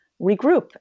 regroup